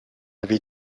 avait